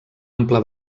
ampla